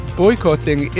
boycotting